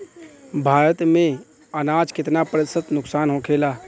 भारत में अनाज कितना प्रतिशत नुकसान होखेला?